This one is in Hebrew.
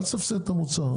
אל תסבסד את המוצר.